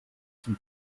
zum